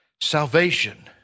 Salvation